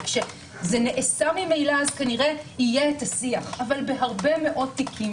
וכשזה נעשה ממילא יהיה השיח כנראה אבל בהרבה מאוד תיקים